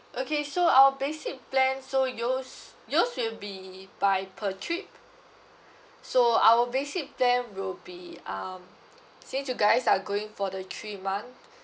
okay so our basic plan so yours yours will be by per trip so our basic plan will be um since you guys are going for the three month